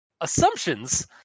assumptions